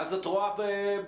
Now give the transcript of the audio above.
ואז את רואה בפנים.